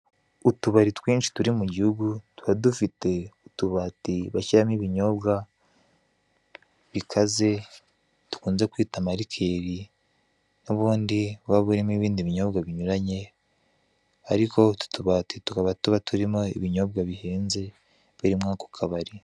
Utubari twinshi turi mu gihugu tuba dufite utubati bashyiramo ibinyobwa bikaze dukunze kwita amarikeri nubundi buba burimo ibindi binyobwa binyuranye ariko utu tubati tukaba tuba turimo ibinyobwa bihenze biri muri ako kabari.